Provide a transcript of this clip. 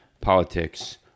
politics